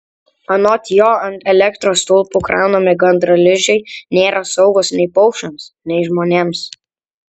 anot jo ant elektros stulpų kraunami gandralizdžiai nėra saugūs nei paukščiams nei žmonėms